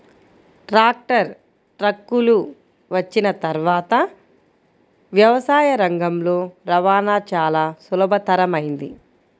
tractor, ట్రక్కులు వచ్చిన తర్వాత వ్యవసాయ రంగంలో రవాణా చాల సులభతరమైంది